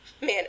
man